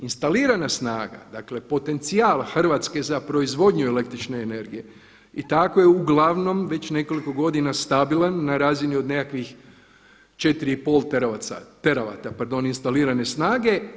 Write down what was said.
Instalirana snaga, dakle potencijal Hrvatske za proizvodnju električne energije i tako je uglavnom već nekoliko godina stabilan na razini od nekakvih četiri i pol teravat sati, teravata pardon instalirane snage.